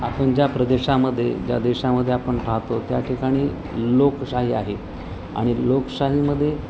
आपण ज्या प्रदेशामध्ये ज्या देशामध्ये आपण राहतो त्या ठिकाणी लोकशाही आहे आणि लोकशाहीमध्ये